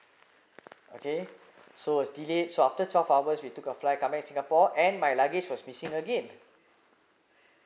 okay so was delayed so after twelve hours we took the flight come back singapore and my luggage was missing again